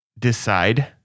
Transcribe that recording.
Decide